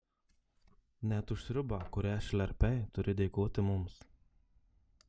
net už sriubą kurią šlerpei turi dėkoti mums